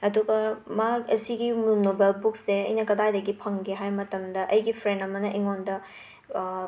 ꯑꯗꯨꯒ ꯃꯥꯍꯥꯛ ꯑꯁꯤꯒꯤ ꯅꯣꯕꯦꯜ ꯕꯨꯛꯁꯦ ꯑꯩꯅ ꯀꯗꯥꯏꯗꯒꯤ ꯐꯪꯒꯦ ꯍꯥꯏꯕ ꯃꯇꯝꯗ ꯑꯩꯒꯤ ꯐ꯭ꯔꯦꯟ ꯑꯃꯅ ꯑꯩꯉꯣꯟꯗ